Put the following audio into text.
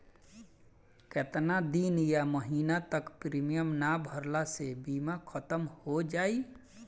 केतना दिन या महीना तक प्रीमियम ना भरला से बीमा ख़तम हो जायी?